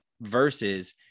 versus